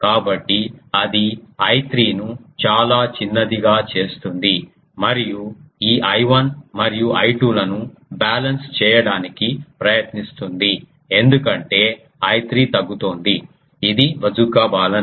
కాబట్టి అది I3 ను చాలా చిన్నదిగా చేస్తుంది మరియు ఈ I1 మరియు I2 లను బ్యాలెన్స్ చేయడానికి ప్రయత్నిస్తుంది ఎందుకంటే I3 తగ్గుతోంది ఇది బాజూకా బాలన్